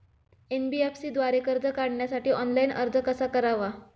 NBFC द्वारे कर्ज काढण्यासाठी ऑनलाइन अर्ज कसा करावा?